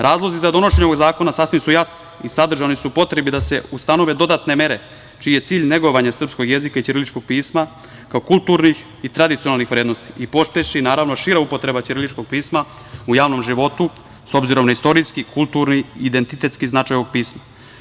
Razlozi za donošenje ovog zakona sasvim su jasni i sadržani su u potrebi da se ustanove dodatne mere čiji je cilj negovanje srpskog jezika i ćiriličkog pisma kao kulturnih i tradicionalnih vrednosti i pospeši, naravno, šira upotreba ćiriličkog pisma u javnom životu s obzirom na istorijski, kulturni i identitetski značaj ovog pisma.